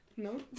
No